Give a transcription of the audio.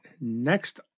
Next